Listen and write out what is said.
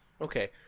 okay